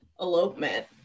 elopement